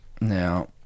now